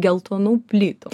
geltonų plytų